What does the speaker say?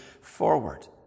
forward